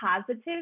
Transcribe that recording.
positive